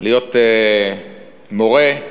להיות מורה,